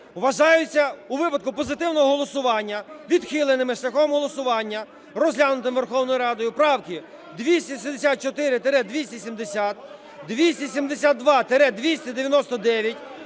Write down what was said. Вважаються у випадку позитивного голосування відхиленими шляхом голосування, розглянутими Верховною Радою правки: 264-270, 272-299,